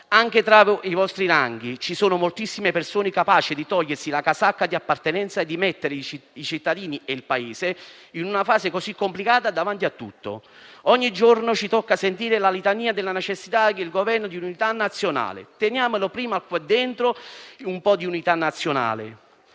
anche tra i vostri ranghi ci sono moltissime persone capaci di togliersi la casacca di appartenenza e di mettere i cittadini e il Paese davanti a tutto, in una fase così complicata. Ogni giorno ci tocca sentire la litania della necessità di un Governo di unità nazionale; pratichiamo prima qua dentro un po' di unità nazionale.